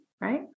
Right